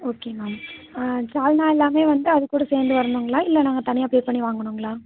okay ma'am salna எல்லாமே வந்து அதுக்கூட சேர்ந்து வரணுங்களா இல்லை நாங்கள் தனியாக பே பண்ணி வாங்கணுங்களா